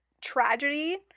tragedy